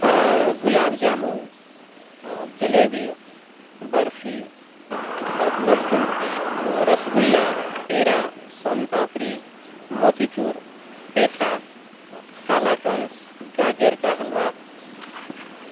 گلاب جامن جلیبی برفی کے بعد laddu rasgulla peda soan papdi motichoor petha kalakand گاجر کا حلوہ